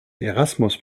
erasmus